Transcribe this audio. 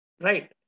Right